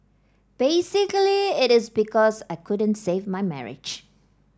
basically it is because I couldn't save my marriage